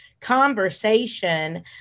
conversation